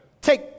take